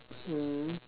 mm